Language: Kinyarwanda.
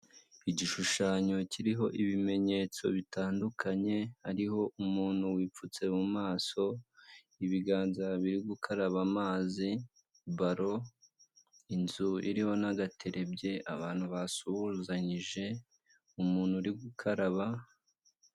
Igishushanyo kiriho ibimenyetso bitandukanye, hariho umuntu wipfutse mu maso, ibiganza biri gukaraba amazi, balo, inzu iriho n'agaterebye, abantu basuhuzanyije, umuntu uri gukaraba.